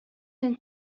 zijn